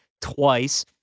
twice